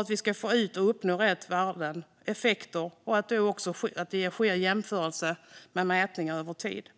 att vi ska få ut och uppnå rätt värden och effekter är det otroligt viktigt att indata och analyser är och blir korrekta och att det sker jämförbara mätningar över tid.